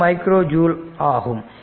2 micro joule ஆகும்